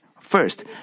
first